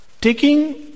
taking